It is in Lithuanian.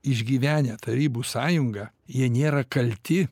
išgyvenę tarybų sąjungą jie nėra kalti